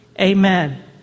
Amen